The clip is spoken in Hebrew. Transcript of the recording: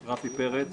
אנוכי רפי פרץ,